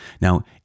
Now